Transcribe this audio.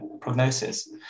prognosis